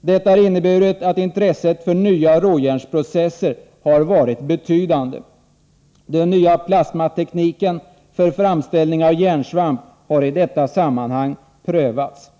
Detta har inneburit att intresset för nya råjärnsprocesser har blivit betydande. Den nya plasmatekniken för främställning av järnsvamp har i detta sammanhang prövats.